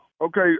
Okay